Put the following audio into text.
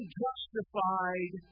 justified